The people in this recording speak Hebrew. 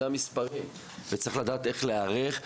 אלה המספרים וצריך לדעת איך להיערך,